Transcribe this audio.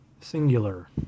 Singular